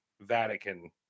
Vatican